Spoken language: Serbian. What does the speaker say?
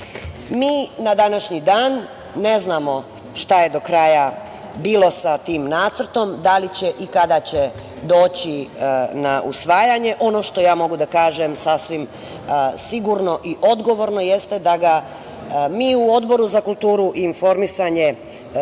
na današnji dan ne znamo šta je do kraja bilo sa tim nacrtom, da li će i kada će doći na usvajanje. Ono što ja mogu da kažem sasvim sigurno i odgovorno jeste da ga mi u Odboru za kulturu i informisanje